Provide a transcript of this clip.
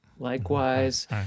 Likewise